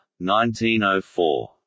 1904